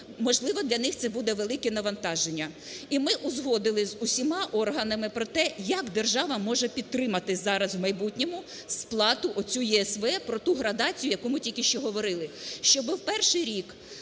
можливо, для них це буде велике навантаження. І ми узгодили з усіма органами про те, як держава може підтримати зараз в майбутньому сплату оцю ЄСВ про ту градацію, яку ми тільки що говорили: щоби в перший рік